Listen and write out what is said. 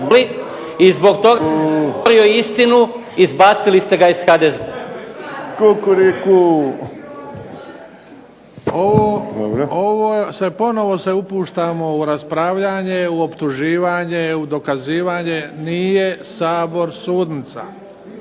I zbog toga jer je govorio istinu izbacili ste ga iz HDZ-a. **Bebić, Luka (HDZ)** Ponovo se upuštamo u raspravljanje, u optuživanje, u dokazivanje. Nije Sabor sudnica.